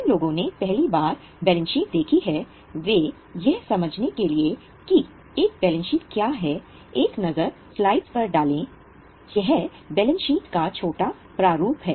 जिन लोगों ने पहली बार बैलेंस शीट देखी है वे यह समझने के लिए कि एक बैलेंस शीट क्या है एक नज़र स्लाइड पर डालें यह बैलेंस शीट का छोटा प्रारूप है